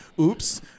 Oops